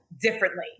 differently